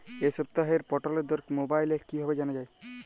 এই সপ্তাহের পটলের দর মোবাইলে কিভাবে জানা যায়?